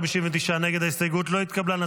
הסתייגות 106 לא נתקבלה.